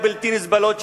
הבלתי-נסבלות,